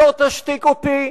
מספיק כבר.